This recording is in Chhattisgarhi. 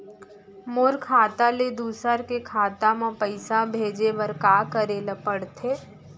मोर खाता ले दूसर के खाता म पइसा भेजे बर का करेल पढ़थे?